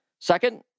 Second